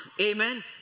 Amen